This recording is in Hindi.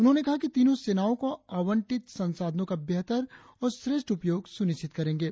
उन्होंने कहा कि तीनों सेनाओं को आवंटित संसाधनों का बेहतर और श्रेष्ठ उपयोग सुनिश्चित करेंगे